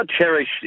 cherish